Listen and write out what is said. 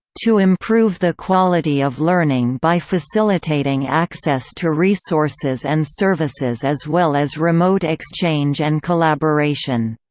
to improve the quality of learning by facilitating access to resources and services as well as remote exchange and collaboration.